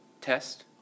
test